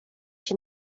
się